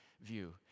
view